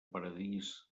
paradís